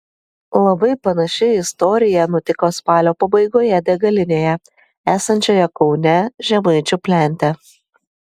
labai panaši istorija nutiko spalio pabaigoje degalinėje esančioje kaune žemaičių plente